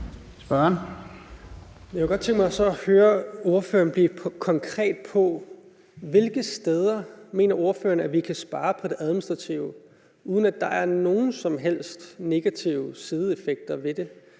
Så kunne jeg godt tænke mig at høre ordføreren blive konkret på, hvilke steder ordføreren mener vi kan spare på det administrative, uden at der er nogen som helst negative sideeffekter ved det?